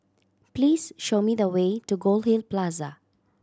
please show me the way to Goldhill Plaza